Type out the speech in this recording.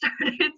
started